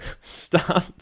stop